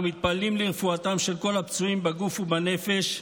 אנחנו מתפללים לרפואתם של כל הפצועים בגוף ובנפש,